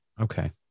Okay